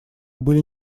были